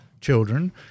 children